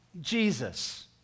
Jesus